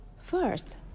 first